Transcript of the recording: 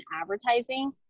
advertising